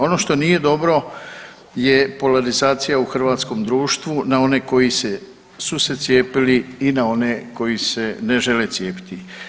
Ono što nije dobro je polarizacija u hrvatskom društvu na one koji su se cijepili i na one koji se ne žele cijepiti.